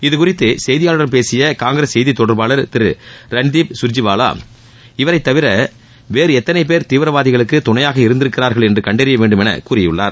இதுகுறித்து செய்தியாளர்களிடம் பேசிய காங்கிரஸ் செய்தித் தொடர்பாளர் திரு ரன்தீப் சுர்ஜிவாலா இவரை தவிர வேறு எத்தனை பேர் தீவிரவாதிகளுக்கு துணையாக இருந்திருக்கிறார்கள் என்று கண்டறிய வேண்டும் எனக் கூறியுள்ளார்